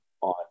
on